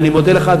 ואני מודה לך,